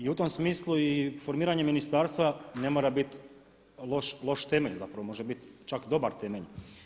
I u tom smislu i formiranje ministarstva ne mora biti loš temelj, zapravo može biti čak dobar temelj.